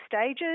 stages